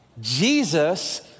Jesus